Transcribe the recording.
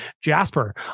Jasper